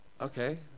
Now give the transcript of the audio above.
Okay